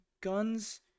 guns